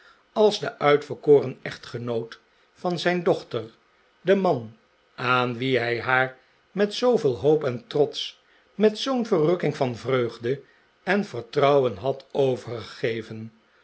als de uitverkoren echtgenoot van zijn dochter de man aan wien hij haar met zooveel hoop en trots met zoo'n verrukking van vreugde en vertrouwen had overgegeven